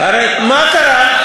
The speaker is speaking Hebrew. הרי מה קרה?